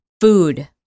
food